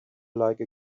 like